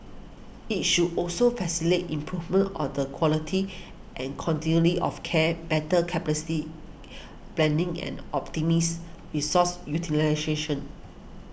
it should also facilitate improvement of the quality and continually of care better capacity planning and optimise resource utilisation